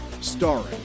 starring